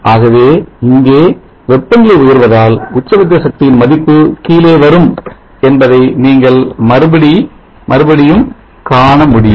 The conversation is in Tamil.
ஆகவே இங்கே வெப்பநிலை உயர்வதால் உச்சபட்சசக்தியின் மதிப்பு கீழே வரும் என்பதை நீங்கள் மறுபடியும் காண முடியும்